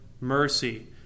mercy